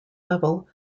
level